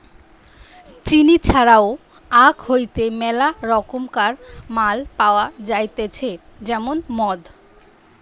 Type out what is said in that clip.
চিনি ছাড়াও আখ হইতে মেলা রকমকার মাল পাওয়া যাইতেছে যেমন মদ